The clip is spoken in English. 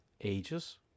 ages